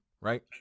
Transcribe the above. right